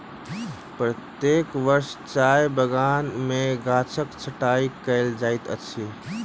प्रत्येक वर्ष चाय बगान में गाछक छंटाई कयल जाइत अछि